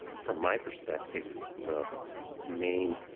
from my perspective the main,